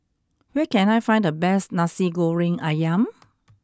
where can I find the best Nasi Goreng Ayam